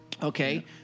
Okay